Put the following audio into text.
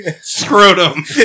scrotum